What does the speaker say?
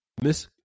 Miss